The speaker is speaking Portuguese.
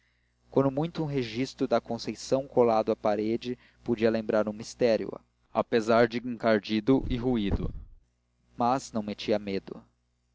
quando muito um registro da conceição colado à parede podia lembrar um mistério apesar de encardido e roído mas não metia medo